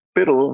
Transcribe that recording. Pero